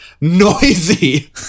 noisy